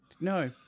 No